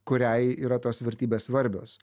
kuriai yra tos vertybės svarbios